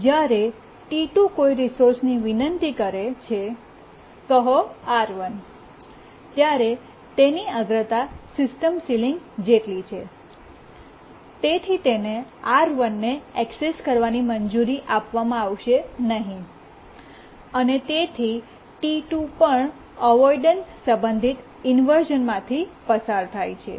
જ્યારે T2 કોઈ રિસોર્સની વિનંતી કરે છે કહો R1 ત્યારે તેની અગ્રતા સિસ્ટમ સીલીંગ જેટલી છે તેથી તેને R1ને એક્સેસ કરવાની મંજૂરી આપવામાં આવશે નહીં અને તેથી T2 પણ અવોઇડન્સ સંબંધિત ઇન્વર્શ઼નમાંથી પસાર થાય છે